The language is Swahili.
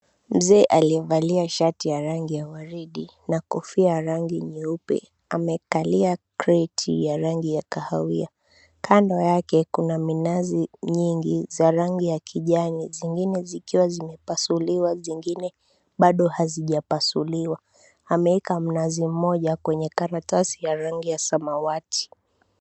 Mzee aliyevalia shati ya rangi ya waridi na kofia ya rangi nyeupe amekalia kreti ya rangi ya kahawia. Kando yake kuna minazi nyingi za rangi ya kijani zengine zikiwa zimepasuliwa zingine bado hazijapasuliwa. Ameweka mnazi mmoja kwa karatasi ya rangi ya samawati.